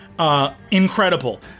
Incredible